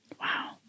Wow